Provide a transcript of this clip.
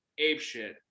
apeshit